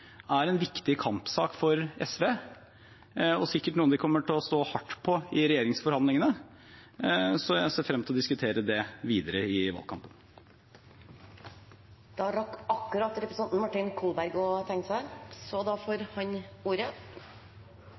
en viktig kampsak for SV og sikkert noe de kommer til å stå hardt på i regjeringsforhandlingene. Så jeg ser frem til å diskutere det videre i valgkampen. Representanten Martin Kolberg rakk akkurat å tegne seg, så da får han ordet.